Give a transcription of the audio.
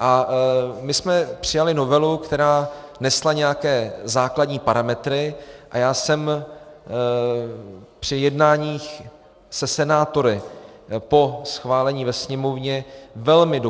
A my jsme přijali novelu, která nesla nějaké základní parametry, a já jsem při jednáních se senátory po schválení ve Sněmovně velmi